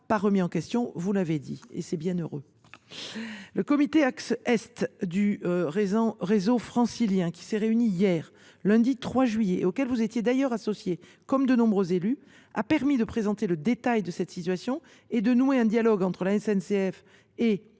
pas remis en question – vous l’avez dit et c’est bien heureux. Le comité axe Est du réseau francilien, qui s’est réuni hier, lundi 3 juillet, et auquel vous étiez d’ailleurs associé comme de nombreux élus, a permis de présenter le détail de cette situation et de nouer un dialogue entre, d’une part, la